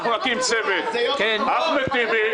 אנחנו נקים צוות שיכלול את אחמד טיבי,